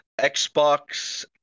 Xbox